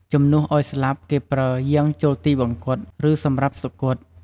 ជំនួសឲ្យ ស្លាប់ គេប្រើ យាងចូលទិវង្គត ឬ សម្រាប់សុគត។